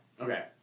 Okay